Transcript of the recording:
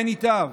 כן ייטב.